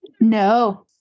No